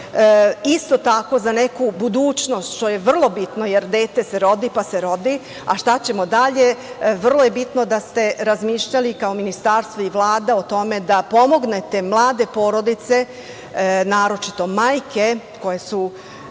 Isto tako, za neku budućnost, što je vrlo bitno, jer dete se rodi, pa se rodi, a šta ćemo dalje, vrlo je bitno da ste razmišljali kao ministarstvo i Vlada o tome da pomognete mlade porodice, naročito majke koje su